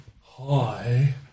Hi